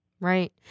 Right